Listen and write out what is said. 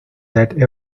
that